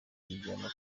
kuyijyana